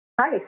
Hi